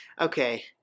okay